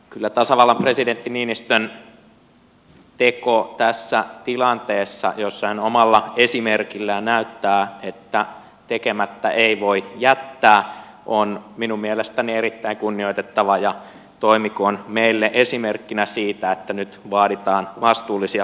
kyllä tasavallan presidentti niinistön teko tässä tilanteessa jossa hän omalla esimerkillään näyttää että tekemättä ei voi jättää on minun mielestäni erittäin kunnioitettava ja toimikoon meille esimerkkinä siitä että nyt vaaditaan vastuullisia päätöksiä